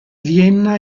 vienna